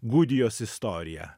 gudijos istoriją